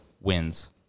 wins